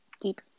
deep